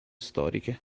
storiche